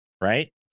right